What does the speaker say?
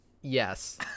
Yes